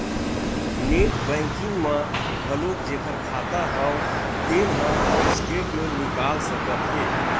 net banking म घलोक जेखर खाता हव तेन ह स्टेटमेंट निकाल सकत हे